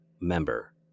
member